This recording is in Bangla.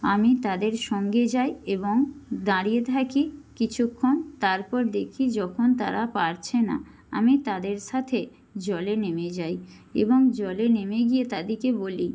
আমি তাদের সঙ্গে যাই এবং দাঁড়িয়ে থাকি কিছুক্ষণ তারপর দেখি যখন তারা পারছে না আমি তাদের সাথে জলে নেমে যাই এবং জলে নেমে গিয়ে তাদিকে বলি